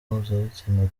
mpuzabitsina